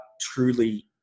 truly